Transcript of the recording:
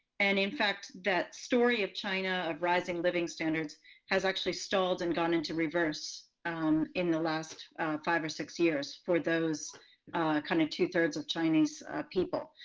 and, in fact, that story of china of rising living standards has actually stalled and gone into reverse um in the last five or six years for those kind of two three of chinese people.